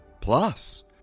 Plus